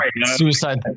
Suicide